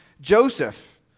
Joseph